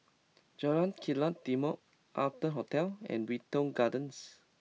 Jalan Kilang Timor Arton Hotel and Wilton Gardens